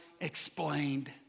explained